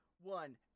one